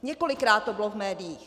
Několikrát to bylo v médiích.